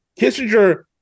Kissinger